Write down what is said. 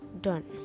done